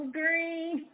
green